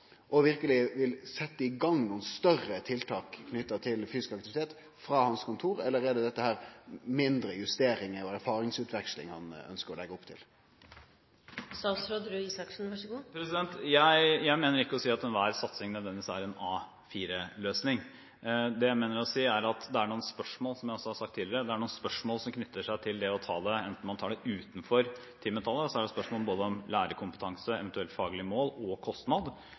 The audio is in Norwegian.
og verkeleg vil setje i gang nokre større tiltak knytte til fysisk aktivitet frå sitt kontor? Eller er det mindre justeringar og erfaringsutveksling han ønskjer å leggje opp til? Jeg mener ikke å si at enhver satsing nødvendigvis er en A4-løsning. Det jeg mener å si, som jeg også har sagt tidligere, er at det er noen spørsmål som knytter seg til det å ta det enten utenfor timetallet – da er det spørsmål om både lærerkompetanse, eventuelt faglig mål, og kostnad,